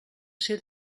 ser